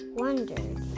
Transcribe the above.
wondered